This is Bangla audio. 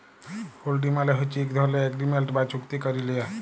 হুল্ডি মালে হছে ইক ধরলের এগ্রিমেল্ট বা চুক্তি ক্যারে লিয়া